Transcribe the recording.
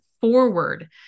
forward